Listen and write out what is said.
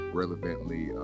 relevantly